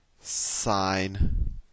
sine